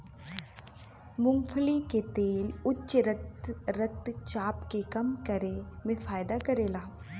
मूंगफली के तेल उच्च रक्त चाप के कम करे में फायदा करेला